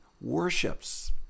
worships